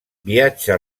viatja